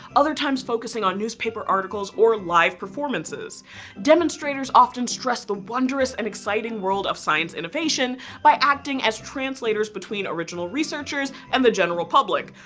other times focusing on newspaper articles, or live performances demonstrators often stressed the wondrous and exciting world of science innovations by acting as translators between original researchers and the general public,